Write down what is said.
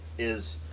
is,